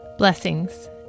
Blessings